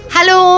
Hello